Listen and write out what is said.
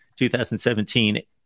2017